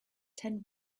ten